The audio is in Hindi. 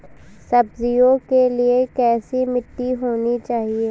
सब्जियों के लिए कैसी मिट्टी होनी चाहिए?